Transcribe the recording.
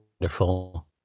wonderful